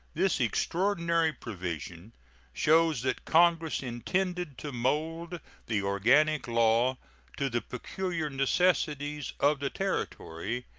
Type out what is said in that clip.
this extraordinary provision shows that congress intended to mold the organic law to the peculiar necessities of the territory,